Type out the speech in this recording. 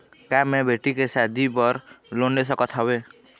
का मैं बेटी के शादी बर लोन ले सकत हावे?